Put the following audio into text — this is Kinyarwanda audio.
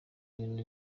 ibintu